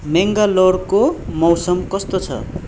मेङ्गालोरको मौसम कस्तो छ